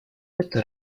это